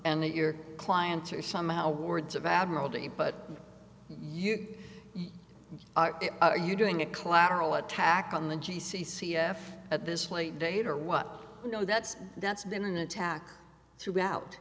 and that your clients are somehow words of admiralty but you are you doing a collateral attack on the g c c if at this late date or what you know that's that's been an attack throughout